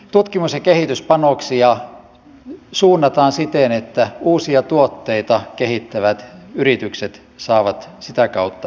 tutkimus ja kehityspanoksia suunnataan siten että uusia tuotteita kehittävät yritykset saavat sitä kautta tukea